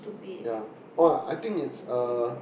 ya oh I think it's uh